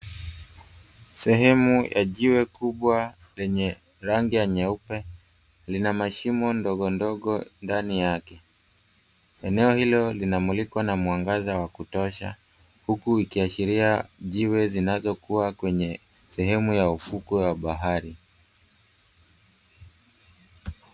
Sehemu ya jiwe kubwa lenye rangi ya nyeupe, lina mashimo ndogondogo ndani yake. Eneo hilo linamulikwa na mwangaza wa kutosha, huku ikiashiria jiwe zinazokuwa kwenye sehemu ya ufukwe wa bahari.